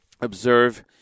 observe